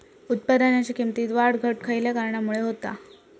उत्पादनाच्या किमतीत वाढ घट खयल्या कारणामुळे होता?